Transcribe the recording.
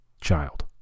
Child